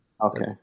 Okay